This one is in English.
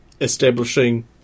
establishing